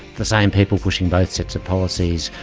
the same people pushing both sets of policies,